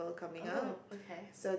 oh okay